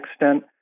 extent